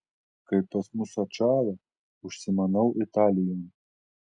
kai pas mus atšąla užsimanau italijon